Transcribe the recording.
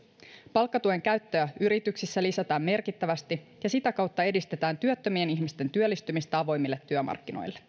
palkkatuen käyttöä yrityksissä lisätään merkittävästi ja sitä kautta edistetään työttömien ihmisten työllistymistä avoimille